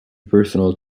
personal